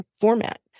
format